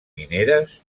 mineres